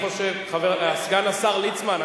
סגן השר ליצמן,